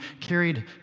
carried